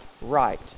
right